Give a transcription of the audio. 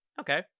Okay